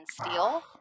steel